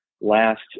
last